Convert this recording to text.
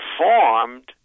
formed